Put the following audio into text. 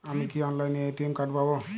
আমি কি অনলাইনে এ.টি.এম কার্ড পাব?